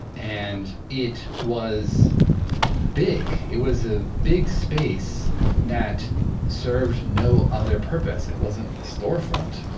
and it was big! it was a big space that served no other purpose. it wasn't a storefront,